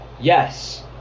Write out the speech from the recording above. Yes